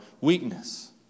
weakness